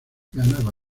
ganaba